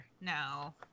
No